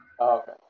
Okay